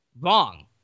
Wrong